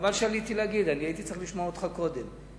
חבל שעליתי להגיד, הייתי צריך לשמוע אותך קודם.